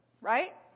right